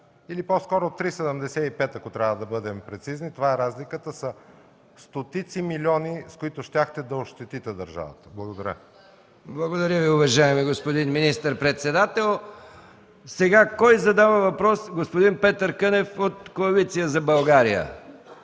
или по-скоро 3,75, ако трябва да бъдем прецизни, това е разликата, са стотици милиони, с които щяхте да ощетите държавата. Благодаря. ПРЕДСЕДАТЕЛ МИХАИЛ МИКОВ: Благодаря Ви, уважаеми господин министър-председател. Сега задава въпрос господин Петър Кънев от Коалиция за България.